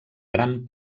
gran